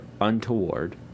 untoward